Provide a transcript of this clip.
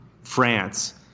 France